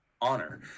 honor